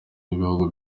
w’ibihugu